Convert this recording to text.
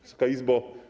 Wysoka Izbo!